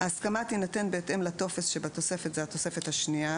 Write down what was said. "ההסכמה תינתן בהתאם לטופס שבתוספת השנייה"